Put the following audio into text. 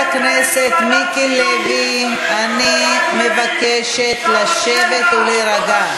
חבר הכנסת מיקי לוי, אני מבקשת לשבת ולהירגע.